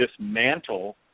dismantle